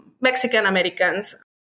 Mexican-Americans